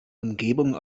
umgebung